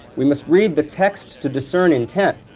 we must read the text to discern intent,